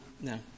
No